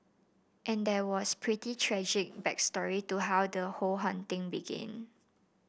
and there was pretty tragic back story to how the whole haunting begin